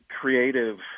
creative